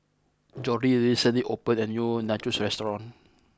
Jordy recently opened a new Nachos restaurant